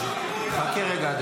חכה רגע,